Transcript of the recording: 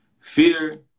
fear